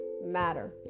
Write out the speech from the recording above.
matter